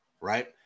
right